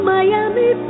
Miami